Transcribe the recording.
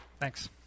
Thanks